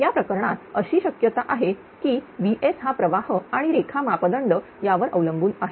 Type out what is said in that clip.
या प्रकरणात अशी शक्यता आहे की VS हा प्रवाह आणि रेखा मापदंड यावर अवलंबून आहे